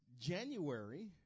January